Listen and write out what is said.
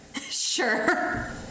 Sure